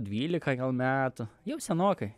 dvylika metų jau senokai